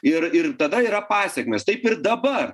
ir ir tada yra pasekmės taip ir dabar